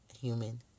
human